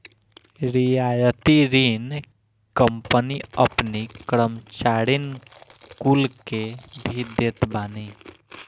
रियायती ऋण कंपनी अपनी कर्मचारीन कुल के भी देत बानी